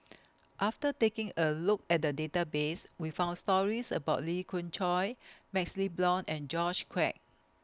after taking A Look At The Database We found stories about Lee Khoon Choy MaxLe Blond and George Quek